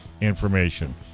information